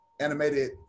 animated